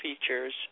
features